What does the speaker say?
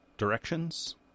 Directions